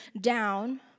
down